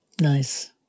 Nice